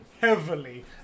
heavily